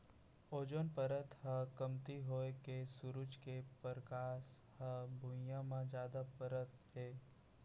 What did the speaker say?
ozone परत ह कमती होए हे सूरज के परकास ह भुइयाँ म जादा परत हे